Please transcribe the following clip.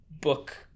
book